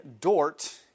Dort